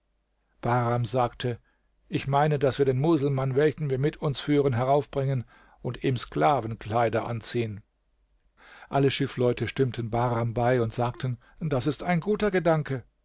bahram sagte ich meine daß wir den muselmann welchen wir mit uns führen heraufbringen und ihm sklavenkleider anziehen alle schiffleute stimmten bahram bei und sagten das ist ein guter gedanke